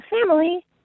family